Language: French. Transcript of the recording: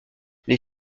les